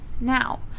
Now